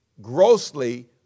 grossly